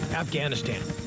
afghanistan.